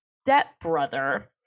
stepbrother